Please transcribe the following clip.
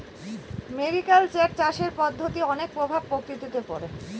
mariculture চাষের পদ্ধতির অনেক প্রভাব প্রকৃতিতে পড়ে